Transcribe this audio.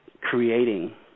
creating